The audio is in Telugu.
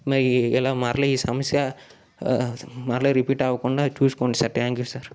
మా ఇలా మరల ఈ సమస్య మరల రిపీట్ అవకుండా చూసుకోండి సార్ థ్యాంక్ యూ సార్